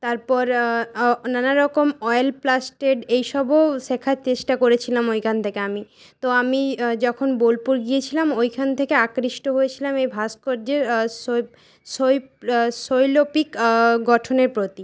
তারপর নানারকম অয়েল প্লাস্টেড এইসবও শেখার চেষ্টা করেছিলাম ওইখান থেকে আমি তো আমি যখন বোলপুর গিয়েছিলাম ওইখান থেকে আকৃষ্ট হয়েছিলাম এই ভাস্কর্য্যের শৈ শৈপ শৈল্পিক গঠনের প্রতি